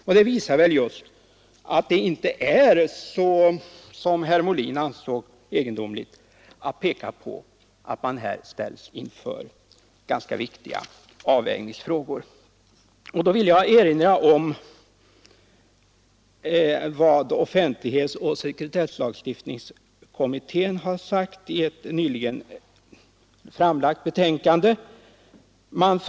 Detta visar väl just att förfarandet inte är så egendomligt som herr Molin ansåg utan att man här ställs inför ganska svåra avvägningsfrågor. Jag vill i sammanhanget erinra om vad offentlighetsoch sekretesslagstiftningskommittén har sagt i ett nyligen framlagt betänkande med utkast till lag om allmänna handlingar.